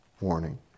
warning